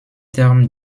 terme